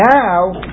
Now